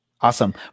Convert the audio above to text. Awesome